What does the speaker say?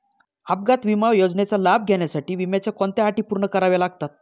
अपघात विमा योजनेचा लाभ घेण्यासाठी विम्याच्या कोणत्या अटी पूर्ण कराव्या लागतात?